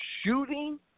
shooting